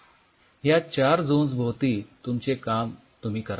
ह्या चार झोन्स भोवती तुम्ही तुमचे काम कराल